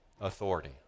Authority